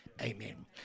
amen